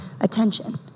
attention